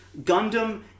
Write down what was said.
Gundam